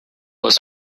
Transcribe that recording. was